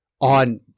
on